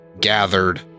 gathered